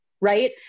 right